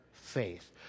faith